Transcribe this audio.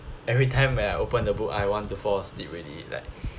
everytime when I open the book I want to fall asleep already like